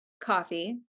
coffee